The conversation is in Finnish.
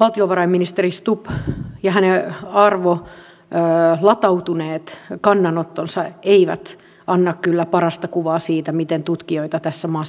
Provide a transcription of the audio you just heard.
valtiovarainministeri stubb ja hänen arvolatautuneet kannanottonsa eivät anna kyllä parasta kuvaa siitä miten tutkijoita tässä maassa arvostetaan